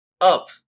up